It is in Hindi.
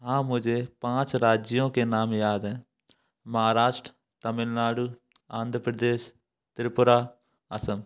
हाँ मुझे पाँच राज्यों के नाम याद हैं महाराष्ट्र तमिलनाडु आंध्र प्रदेश त्रिपुरा असम